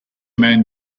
man